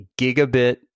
gigabit